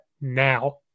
now